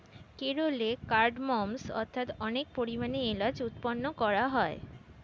কেরলে কার্ডমমস্ অর্থাৎ অনেক পরিমাণে এলাচ উৎপাদন করা হয়